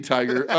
Tiger